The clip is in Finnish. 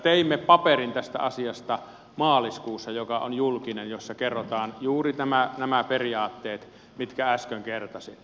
teimme tästä asiasta maaliskuussa paperin joka on julkinen jossa kerrotaan juuri nämä periaatteet mitkä äsken kertasin